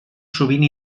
sovint